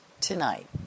tonight